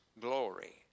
glory